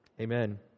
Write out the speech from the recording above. Amen